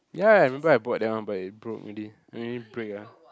ya I remember I bought that one but it broke already I mean break ah